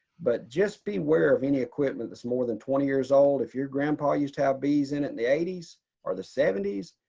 but just be aware of any equipment that's more than twenty years old, if your grandpa used to have bees in and the eighty s or the seventy s.